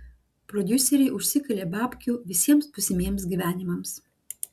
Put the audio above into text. prodiuseriai užsikalė babkių visiems būsimiems gyvenimams